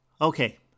Okay